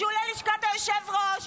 גשו ללשכת היושב-ראש,